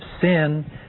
sin